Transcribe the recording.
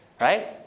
Right